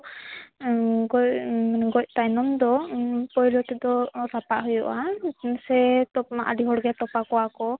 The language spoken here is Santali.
ᱜᱚᱡ ᱜᱚᱡ ᱛᱟᱭᱱᱚᱢ ᱫᱚ ᱯᱟᱹᱣᱨᱟᱹ ᱛᱮᱫᱚ ᱨᱟᱯᱟᱜ ᱦᱩᱭᱩᱜᱼᱟ ᱥᱮ ᱛᱚᱯᱟᱢᱟ ᱟᱹᱰᱤ ᱦᱚᱲᱜᱮ ᱛᱚᱯᱟ ᱠᱚᱣᱟ ᱠᱚ